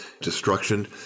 destruction